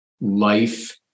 life